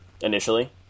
Initially